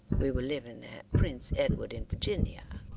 we were living at prince edward, in virginia,